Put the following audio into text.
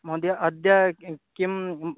महोदय अद्य किम्